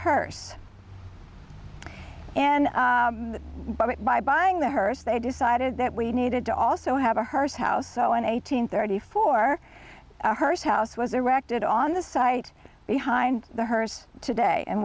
hers and buy it by buying the hearse they decided that we needed to also have a hearse house so an eighteen thirty four hurst house was erected on the site behind the hearse today and